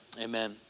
amen